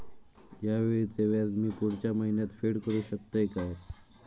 हया वेळीचे व्याज मी पुढच्या महिन्यात फेड करू शकतय काय?